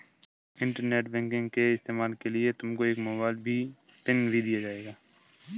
internet banking के इस्तेमाल के लिए तुमको एक मोबाइल पिन भी दिया जाएगा